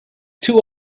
two